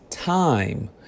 time